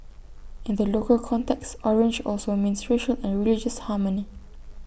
in the local context orange also means racial and religious harmony